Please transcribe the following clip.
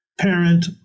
Parent